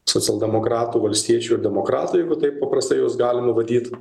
socialdemokratų valstiečių ir demokratų jeigu taip paprastai juos galima vadyt